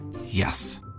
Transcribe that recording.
Yes